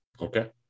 Okay